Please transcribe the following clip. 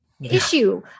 Issue